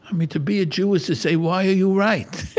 i mean, to be a jew is to say why are you right?